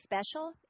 special